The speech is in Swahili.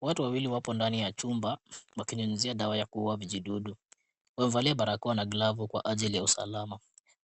Watu wawili wako ndani ya chumba wakinyunyizia dawa vijidudu. Wamevalia barakoa na glavu kwa ajili ya usalama.